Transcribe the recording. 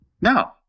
no